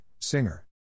Singer